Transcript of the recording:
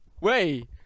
Wait